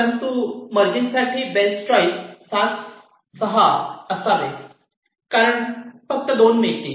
परंतु मर्जिग साठी best choice 7 6 असावे कारण फक्त 2 मिळतील